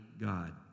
God